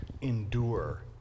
endure